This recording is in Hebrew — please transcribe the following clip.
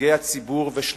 נציגי הציבור ושליחיו,